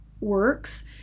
works